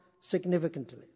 significantly